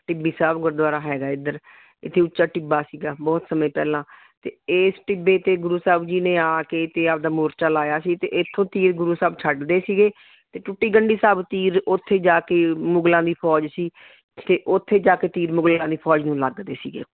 ਟਿੱਬੀ ਸਾਹਿਬ ਗੁਰਦੁਆਰਾ ਹੈਗਾ ਇੱਧਰ ਇੱਥੇ ਉੱਚਾ ਟਿੱਬਾ ਸੀਗਾ ਬਹੁਤ ਸਮੇਂ ਪਹਿਲਾਂ ਅਤੇ ਇਸ ਟਿੱਬੇ 'ਤੇ ਗੁਰੂ ਸਾਹਿਬ ਜੀ ਨੇ ਆ ਕੇ ਅਤੇ ਆਪਦਾ ਮੋਰਚਾ ਲਾਇਆ ਸੀ ਅਤੇ ਇੱਥੋਂ ਤੀਰ ਗੁਰੂ ਸਾਹਿਬ ਛੱਡਦੇ ਸੀਗੇ ਅਤੇ ਟੁੱਟੀ ਗੰਢੀ ਸਾਹਿਬ ਤੀਰ ਉੱਥੇ ਜਾ ਕੇ ਮੁਗਲਾਂ ਦੀ ਫੌਜ ਸੀ ਅਤੇ ਉੱਥੇ ਜਾ ਕੇ ਤੀਰ ਮੁਗਲਾਂ ਦੀ ਫੌਜ ਨੂੰ ਲੱਗਦੇ ਸੀਗੇ